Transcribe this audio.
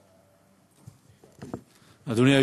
אדוני.